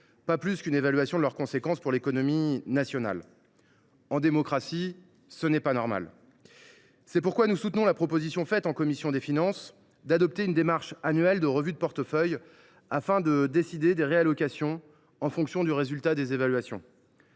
pas plus qu’une évaluation de leurs conséquences pour l’économie nationale. En démocratie, ce n’est pas normal ! C’est pourquoi nous soutenons la proposition faite en commission des finances d’adopter une démarche annuelle de revue de portefeuille afin de décider des réallocations en fonction du résultat des évaluations.